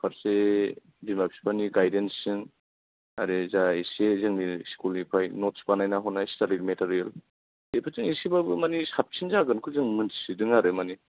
फारसे बिमा बिफानि गायदेनसजों आरो जा इसे जोंनिनो स्कुलनिफ्राय नटस बानायना हरनाय स्थादि मेथेरियेल बेफोरजों एसेबाबो मानि साबसिन जागोनखौ जों मोनथिदों आरो माने